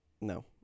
No